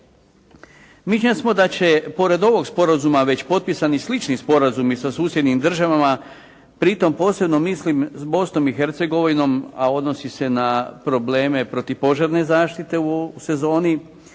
Mišljenja smo da će pored ovog Sporazuma već potpisani slični sporazumi sa susjednim državama pritom posebno mislim s Bosnom i Hercegovinom, a odnosi se na probleme protupožarne zaštite u sezoni